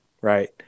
right